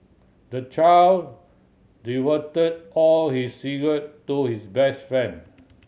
the child divulged all his secret to his best friend